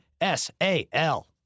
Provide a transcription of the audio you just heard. S-A-L